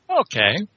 Okay